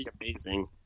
amazing